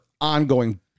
ongoing